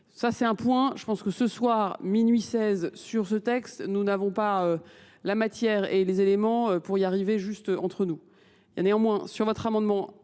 Ça c'est un point. Je pense que ce soir, minuit 16, sur ce texte, nous n'avons pas la matière et les éléments pour y arriver juste entre nous. Il y a néanmoins sur votre amendement,